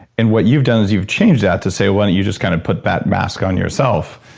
and what you've done, is you've changed that to say, why don't you just kind of put that mask on yourself.